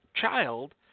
child